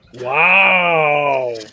Wow